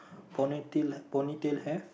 ponytail ponytail hair